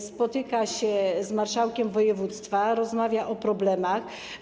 Spotyka się z marszałkiem województwa, rozmawia o problemach.